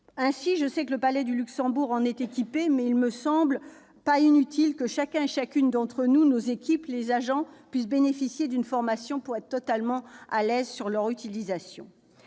? Je sais que le Palais du Luxembourg est équipé de DAE, mais il ne me semble pas inutile que chacune et chacun d'entre nous, nos équipes, les agents puissent bénéficier d'une formation pour être totalement à l'aise sur leur utilisation.